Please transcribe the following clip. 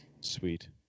Sweet